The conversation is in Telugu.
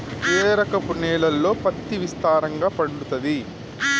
ఏ రకపు నేలల్లో పత్తి విస్తారంగా పండుతది?